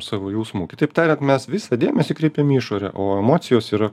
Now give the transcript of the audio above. savo jausmų kitaip tariant mes visą dėmesį kreipėm į išorę o emocijos yra